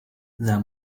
that